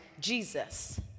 Jesus